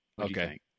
Okay